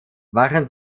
waren